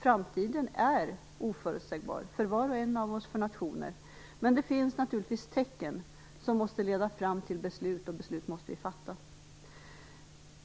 Framtiden är oförutsägbar för var och en av oss och för nationer. Det finns naturligtvis tecken som måste leda fram till beslut, och beslut måste vi fatta.